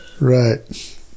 Right